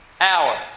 hour